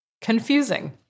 Confusing